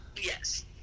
Yes